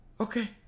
okay